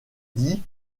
dis